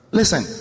listen